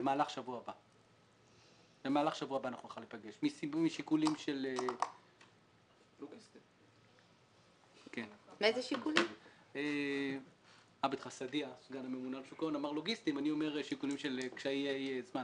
במהלך שבוע הבא נוכל להיפגש משיקולים של קשיי זמן.